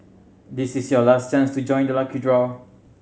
this is your last chance to join the lucky draw